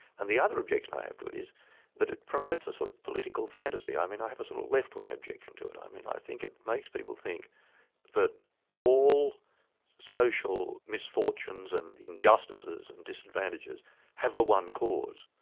and the other objection i have to it is that it promotes a sort of political fantasy. i mean i have a sort of left-wing objection to it. i mean i think it makes people think that all social misfortunes and injustices and disadvantages have the one cause,